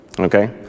Okay